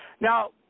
Now